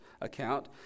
account